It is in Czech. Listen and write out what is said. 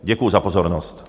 Děkuji za pozornost.